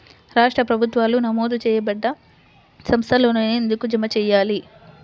రాష్ట్ర ప్రభుత్వాలు నమోదు చేయబడ్డ సంస్థలలోనే ఎందుకు జమ చెయ్యాలి?